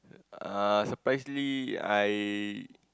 uh surprisingly I